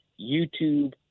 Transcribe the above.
YouTube